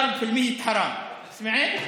להכפיל במאה, סעיד.)